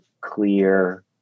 clear